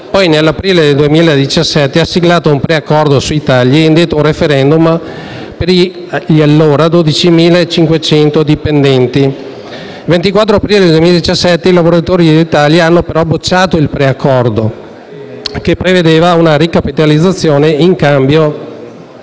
Poi, nell'aprile del 2017, ha siglato un preaccordo sui tagli e indetto un *referendum* tra gli allora 12.500 dipendenti. Il 24 aprile 2017 i lavoratori di Alitalia hanno, però, bocciato il preaccordo, che prevedeva una ricapitalizzazione in cambio di